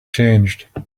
changed